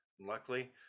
Luckily